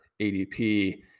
ADP